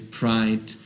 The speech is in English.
pride